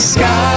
Sky